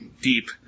deep